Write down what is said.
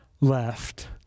left